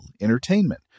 entertainment